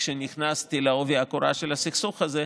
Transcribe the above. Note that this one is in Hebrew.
כשנכנסתי בעובי הקורה של הסכסוך הזה,